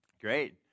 Great